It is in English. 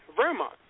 Vermont